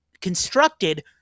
constructed